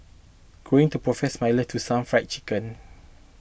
going to profess my let to some Fried Chicken